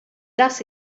das